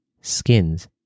skins